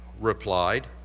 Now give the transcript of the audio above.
replied